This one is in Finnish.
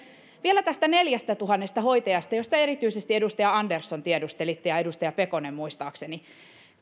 vielä näistä neljästätuhannesta hoitajasta joista erityisesti te edustaja andersson tiedustelitte ja edustaja pekonen muistaakseni